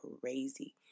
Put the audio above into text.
crazy